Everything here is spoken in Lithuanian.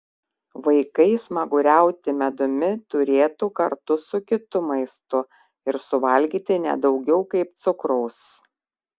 vaikai smaguriauti medumi turėtų kartu su kitu maistu ir suvalgyti ne daugiau kaip cukraus